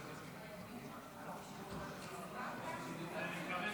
אדוני היושב-ראש,